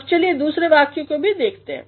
अब चलिए दुसरे वाक्य को भी देखते हैं